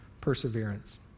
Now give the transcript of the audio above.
perseverance